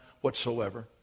whatsoever